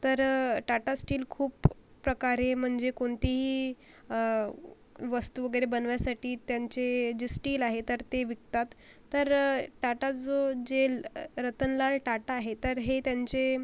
तर टाटा स्टील खूप प्रकारे म्हणजे कोणतीही वस्तू वगैरे बनवायसाठी त्यांचे जे स्टील आहे तर ते विकतात तर टाटा जो जे रतनलाल टाटा आहे तर हे त्यांचे